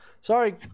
sorry